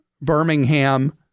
Birmingham